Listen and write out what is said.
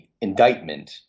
indictment